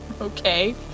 Okay